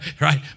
Right